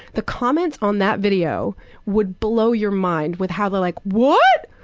the comments on that video would blow your mind with how the like, what!